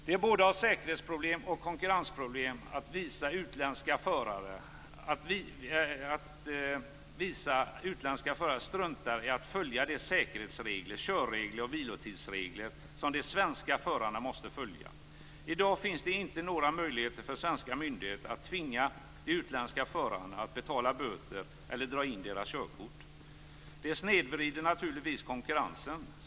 Det är både ett säkerhetsproblem och ett konkurrensproblem att vissa utländska förare struntar i att följa de säkerhetsregler, körregler och vilotidsregler som de svenska förarna måste följa. I dag finns det inte några möjligheter för svenska myndigheter att tvinga de utländska förarna att betala böter eller att dra in deras körkort. Det snedvrider naturligtvis konkurrensen.